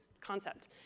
concept